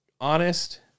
honest